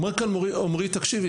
אומר כאן עמרי: תקשיבי,